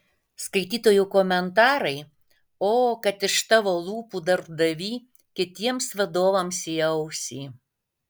skaitytojų komentarai o kad iš tavo lūpų darbdavy kitiems vadovams į ausį